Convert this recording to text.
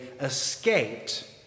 escaped